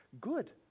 Good